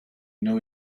know